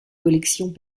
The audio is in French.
collections